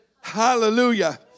Hallelujah